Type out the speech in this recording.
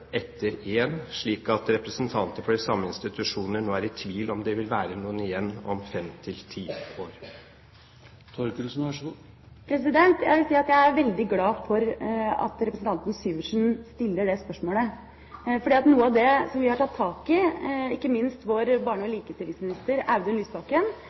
etter én, slik at representanter fra de samme institusjoner nå er i tvil om det vil være noen igjen om fem til ti år? Jeg vil si at jeg er veldig glad for at representanten Syversen stiller det spørsmålet, for noe av det vi – og ikke minst vår barne- og likestillingsminister, Audun Lysbakken